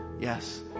yes